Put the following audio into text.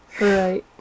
right